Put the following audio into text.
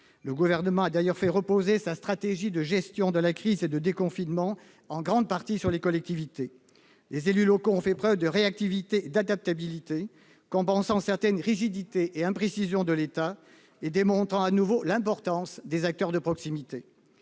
Le Gouvernement a d'ailleurs fait reposer en grande partie sa stratégie de gestion de la crise et de déconfinement sur les collectivités. Les élus locaux ont fait preuve de réactivité et d'adaptabilité, compensant certaines rigidités et imprécisions de l'État, et démontrant de nouveau l'importance des acteurs de proximité.